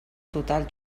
total